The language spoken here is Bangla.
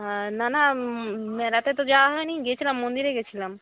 হ্যাঁ না না মেলাতে তো যাওয়া হয় নি গিয়েছিলাম মন্দিরে গিয়েছিলাম